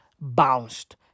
bounced